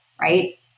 Right